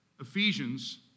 Ephesians